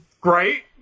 great